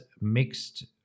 mixed